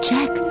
Jack